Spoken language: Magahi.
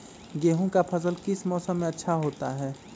गेंहू का फसल किस मौसम में अच्छा होता है?